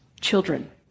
children